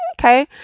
okay